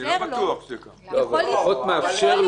מאפשר לו --- אני לא בטוח שכך.